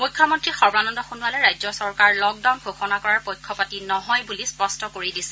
মুখ্যমন্ত্ৰী সৰ্বানন্দ সোণোৱালে ৰাজ্য চৰকাৰ লকডাউন ঘোষণা কৰাৰ পক্ষপাটি নহয় বুলি স্পষ্ট কৰি দিছে